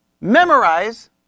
memorize